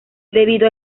debido